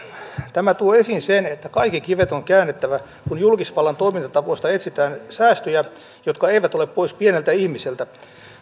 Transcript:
tämä tuo esiin sen että kaikki kivet on käännettävä kun julkisvallan toimintatavoista etsitään säästöjä jotka eivät ole pois pieneltä ihmiseltä